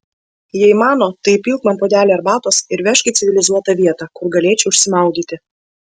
jei mano tai įpilk man puodelį arbatos ir vežk į civilizuotą vietą kur galėčiau išsimaudyti